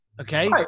Okay